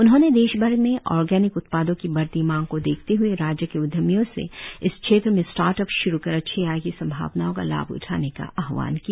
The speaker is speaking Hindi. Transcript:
उन्होंने देशभर में ऑर्गेनिक उत्पादों की बढ़ती मांग को देखते हुए राज्य के उद्यमियों से इस क्षेत्र में स्टार्टअप श्रु कर अच्छी आय की संभावनाओं का लाभ उठाने का आहवान किया